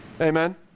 Amen